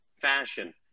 Fashion